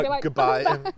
goodbye